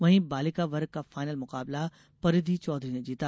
वहीं बालिका वर्ग का फायनल मुकाबला परिधि चौधरी ने जीता